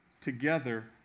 together